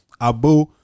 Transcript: abu